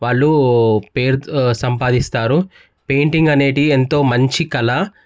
వాళ్ళు పేరుకు సంపాదిస్తారు పెయింటింగ్ అనేటివి ఎంతో మంచి కళ